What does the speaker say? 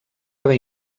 haver